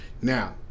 Now